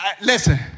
Listen